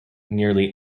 nearly